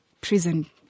prison